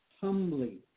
humbly